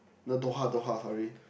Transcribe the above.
no Doha Doha sorry